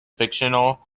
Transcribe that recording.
fictional